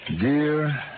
Dear